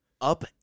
up